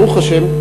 ברוך השם,